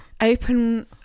Open